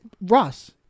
Ross